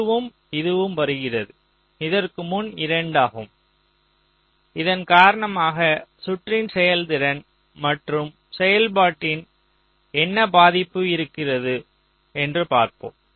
இதுவும் இதுவும் வருகிறது இதற்கு முன் 2 ஆகும் இதன் காரணமாக சுற்றின் செயல்திறன் மற்றும் செயல்பாட்டில் என்ன பாதிப்பு இருக்கிறது என்று பார்ப்போம்